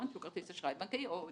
שהוא כרטיס אשראי בנקאי או דביט.